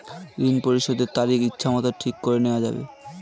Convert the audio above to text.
ঋণ পরিশোধের তারিখ ইচ্ছামত ঠিক করে নেওয়া যাবে?